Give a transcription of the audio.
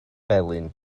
felyn